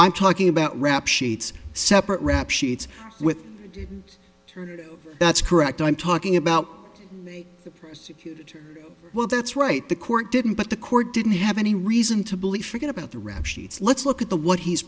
i'm talking about rap sheets separate rap sheets with that's correct i'm talking about a persecutor well that's right the court didn't but the court didn't have any reason to believe forget about the rap sheets let's look at the what he's